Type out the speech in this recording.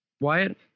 Wyatt